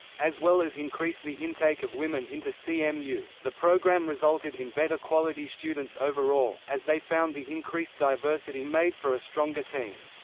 as well as increase the intake of women into cmu, the programme resulted in better quality students overall, as they found the increased diversity made for a stronger team.